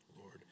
Lord